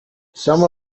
some